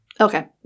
Okay